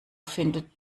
findet